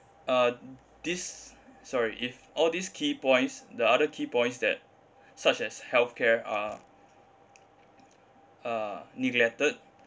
uh this sorry if all these key points the other key points that such as health care are uh neglected